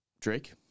Drake